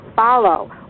follow